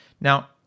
Now